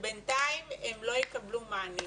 שבינתיים הם לא יקבלו מענים?